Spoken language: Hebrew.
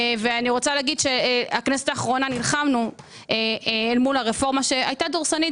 אני רוצה להגיד שבכנסת האחרונה נלחמנו אל מול הרפורמה שהיתה דורסנית.